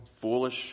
foolish